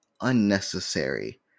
unnecessary